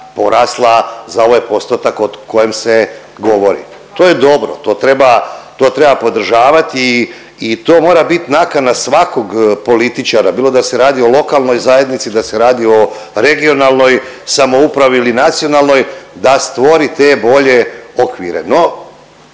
porasla za ovaj postotak o kojem se govori. To je dobro, to treba, to treba podržavati i, i to mora bit nakana svakog političara, bilo da se radi o lokalnoj zajednici, da se radi o regionalnoj samoupravi ili nacionalnoj, da stvori te bolje okvire